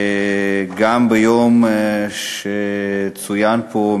גם ביום שצוין פה,